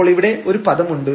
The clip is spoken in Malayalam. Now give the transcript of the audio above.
അപ്പോൾ ഇവിടെ ഒരു പദം ഉണ്ട്